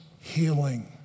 healing